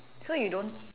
so you don't